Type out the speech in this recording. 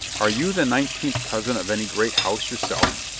are you the nineteenth cousin of any great house, yourself?